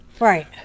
Right